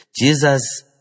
Jesus